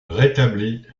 rétablie